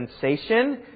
sensation